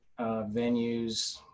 venues